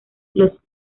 los